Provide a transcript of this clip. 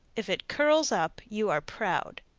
if it curls up, you are proud.